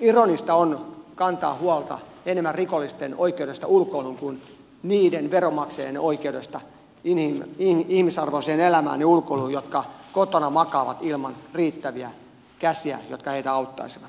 ironista on kantaa huolta enemmän rikollisten oikeudesta ulkoiluun kuin niiden veronmaksajien oikeudesta ihmisarvoiseen elämään ja ulkoiluun jotka kotona makaavat ilman riittäviä käsiä jotka heitä auttaisivat